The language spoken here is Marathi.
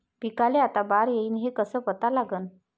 पिकाले आता बार येईन हे कसं पता लागन?